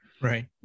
right